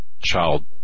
child